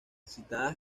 citadas